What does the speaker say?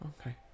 Okay